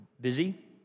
busy